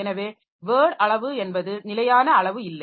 எனவே வேர்ட் அளவு என்பது நிலையான அளவு இல்லை